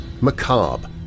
macabre